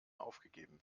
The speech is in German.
aufgegeben